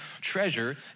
treasure